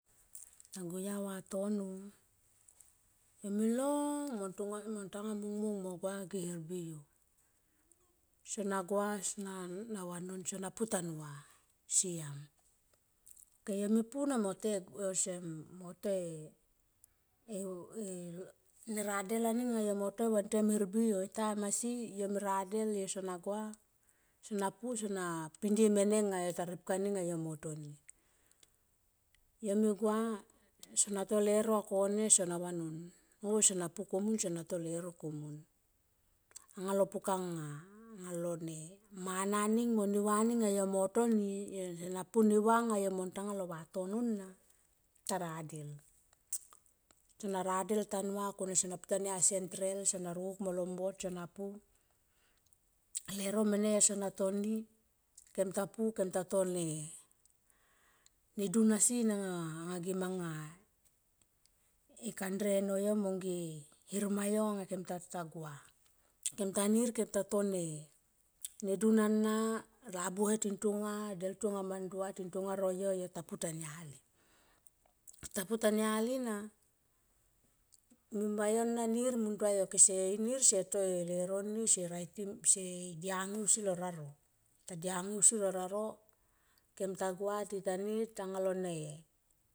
Ta gou ya vatono yo melong mo tanga mung mung mo gua anga ge hermbi yo sona vanon sona pu tanu va. Siam. Ok yo me pu na mo te osem mo toe, e neradel aning anga yo mo toi vantem hermbi yo time asi yo me radel yo sona gua na pu sona pindie mena nga yo ta ripkan nga yo motoni yo me gua sona to leuro nga kone sona vanon oh sona pu komun sona to leuro komun anga lo pukana anga lone mana ning mo ne va ning anga yo mo ne toni. Sona po ne va nga sona tanga lone vatono na taradel, son radel tanu va gona sona pu tania sentral na rokuk molo mbot. Leuro mene yo sona toni kem ta pu kem ta pu kem ta tone dun asi na anga, anga ge manga e kandre no yo mong ge her ma yo anga kem ta gua. Kem tanir kem ta to ne dun ana labuhe tin tonga deltu anga ma ndua ting tonga ro yo yo ta pu tania li, ta pu tania li na mima yo na nirn mun tua yo kese nir se i to e leuro ni sei diangi ausi lo raro ta diangi ausi lo raro kem ta gua tita nir tanga lo ne.